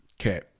Okay